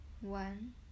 one